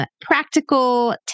practical